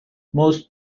most